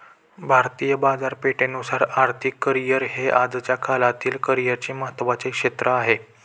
भारतीय बाजारपेठेनुसार आर्थिक करिअर हे आजच्या काळातील करिअरचे महत्त्वाचे क्षेत्र आहे